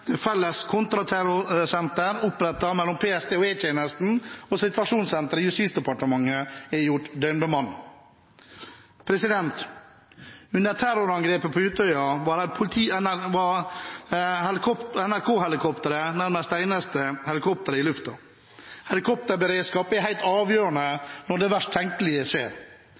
felles kontraterrorsenter opprettet mellom PST og E-tjenesten, og situasjonssenteret i Justisdepartementet er gjort døgnbemannet. Under terrorangrepet på Utøya var NRK-helikopteret nærmest det eneste helikopteret i lufta. Helikopterberedskap er helt avgjørende når det verst tenkelige skjer.